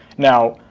now,